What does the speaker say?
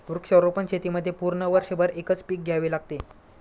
वृक्षारोपण शेतीमध्ये पूर्ण वर्षभर एकच पीक घ्यावे लागते